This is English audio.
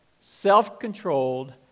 self-controlled